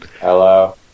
Hello